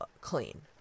clean